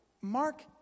Mark